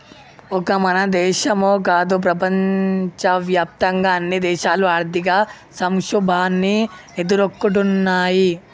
ఒక మన దేశమో కాదు ప్రపంచవ్యాప్తంగా అన్ని దేశాలు ఆర్థిక సంక్షోభాన్ని ఎదుర్కొంటున్నయ్యి